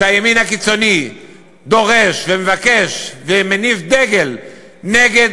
שהימין הקיצוני דורש ומבקש ומניף דגל נגד